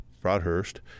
Broadhurst